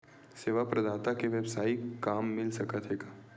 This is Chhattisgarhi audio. सेवा प्रदाता के वेवसायिक काम मिल सकत हे का?